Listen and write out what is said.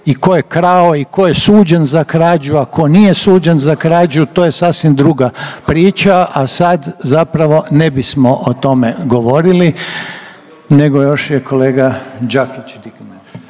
i tko je krao i tko je suđen za krađu, a tko nije suđen za krađu to je sasvim druga priča a sad zapravo ne bismo o tome govorili nego još je kolega Đakić dignuo.